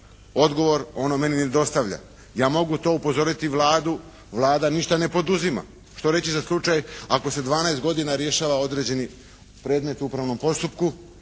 odgovor, ono meni ne dostavlja. Ja mogu to upozoriti Vladu, Vlada ništa ne poduzima. Što reći za slučaj ako se 12 godina rješava određeni predmet u upravnom postupku?